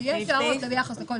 יש הערות ביחס לכל